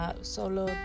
solo